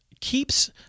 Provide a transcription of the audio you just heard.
keeps